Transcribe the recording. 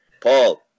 Paul